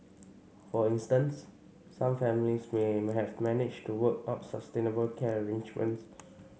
for instance some families may have managed to work out sustainable care arrangements